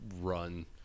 run